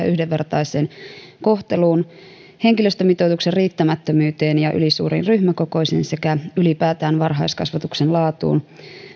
yhdenvertaiseen kohteluun henkilöstömitoituksen riittämättömyyteen ja ylisuuriin ryhmäkokoihin sekä ylipäätään varhaiskasvatuksen laatuun